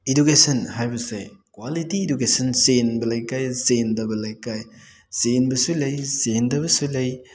education ꯍꯥꯏꯕꯁꯦ quality education ꯆꯦꯟꯕ ꯂꯩꯀꯥꯏ ꯆꯦꯟꯗꯕ ꯂꯩꯀꯥꯏ ꯆꯦꯟꯕꯁꯨ ꯂꯩ ꯆꯦꯟꯗꯕꯁꯨ ꯂꯩ